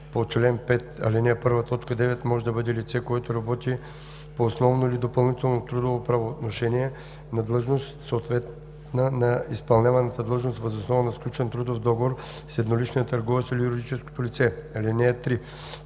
по чл. 5, ал. 1, т. 9 може да бъде лице, което работи по основно или допълнително трудово правоотношение на длъжност, съответна на изпълняваната дейност, въз основа на сключен трудов договор с едноличния търговец или юридическото лице. (3)